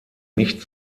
nicht